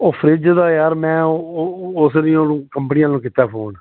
ਉਹ ਫਰਿਜ ਦਾ ਯਾਰ ਮੈਂ ਉਹ ਉਸਦੀ ਕੰਪਨੀਆਂ ਨੂੰ ਕੀਤਾ ਫੋਨ